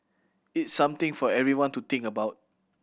it's something for everyone to think about